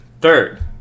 third